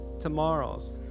tomorrows